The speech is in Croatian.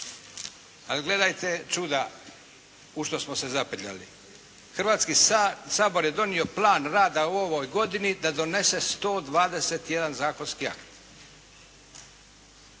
Ali gledajte čuda u što smo se zapetljali. Hrvatski sabor je donio plan rada u ovoj godini da donese 121 zakonski akt.